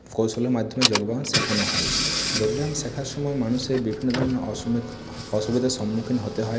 কৌশলের মাধ্যমে যোগব্যায়াম শেখানো হয় যোগব্যায়াম শেখার সময় মানুষের বিভিন্ন ধরনের অসুবি অসুবিধার সম্মুখীন হতে হয়